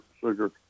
sugar